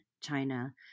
China